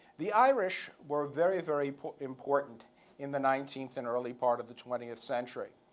the irish were very, very important in the nineteenth and early part of the twentieth century.